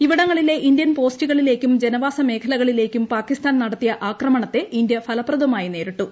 ഇവിടങ്ങളിലെ Indian പോസ്റ്റുകളിലേയ്ക്കും ജനവാസ മേഖലകളിലേയ്ക്കും പാക്കിസ്ഥാൻ നടത്തിയ ആക്രമണത്തെ ഇന്ത്യ ഫലപ്രദമായി നേരിട്ടു